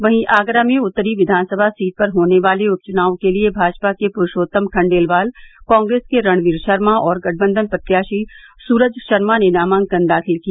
वहीं आगरा में उत्तरी विवानसभा सीट पर होने वाले उप चुनाव के लिये भाजपा के पुरूपोत्तम खंडेलवाल कांग्रेस के रणवीर शर्मा और गठबंधन प्रत्याशी सूरज शर्मा ने नामांकन दाखिल किया